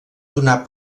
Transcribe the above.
donar